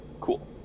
Cool